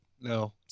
No